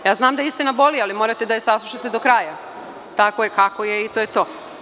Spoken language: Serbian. Ja znam da istina boli, ali morate da je saslušate do kraja, tako je kako je i to je to.